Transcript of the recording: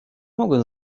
mogłem